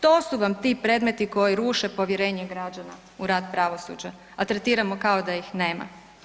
To su vam ti predmeti koji ruše povjerenje građana u rad pravosuđa, a tretiramo kao da ih nema.